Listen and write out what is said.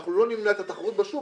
אנחנו לא נמנע את התחרות בשוק.